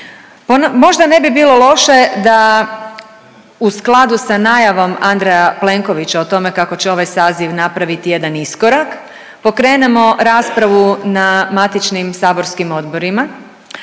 Možda ne bi bilo loše da u skladu sa najavom Andreja Plenkovića kako će ovaj saziv napraviti jedan iskorak, pokrenemo raspravu na matičnim saborskim odborima